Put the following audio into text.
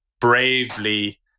bravely